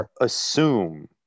assume